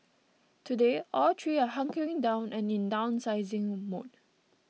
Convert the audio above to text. today all three are hunkering down and in downsizing mode